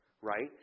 right